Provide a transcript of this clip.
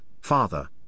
Father